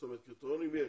קריטריונים יש